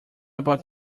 about